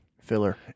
Filler